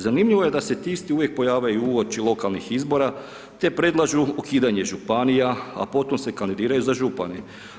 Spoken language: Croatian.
Zanimljivo je da se ti isti uvijek pojave uoči lokalnih izbora te predlažu ukidanje županija a potom se kandidiraju za župane.